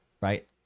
right